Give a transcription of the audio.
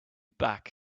back